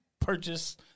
purchase